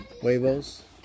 Huevos